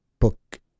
book